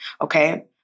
Okay